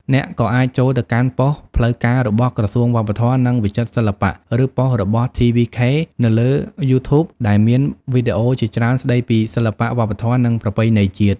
អ្នកក៏អាចចូលទៅកាន់ប៉ុស្តិ៍ផ្លូវការរបស់ ក្រសួងវប្បធម៌ និងវិចិត្រសិល្បៈ ឬប៉ុស្តិ៍របស់ TVK នៅលើ YouTube ដែលមានវីដេអូជាច្រើនស្តីពីសិល្បៈវប្បធម៌ និងប្រពៃណីជាតិ។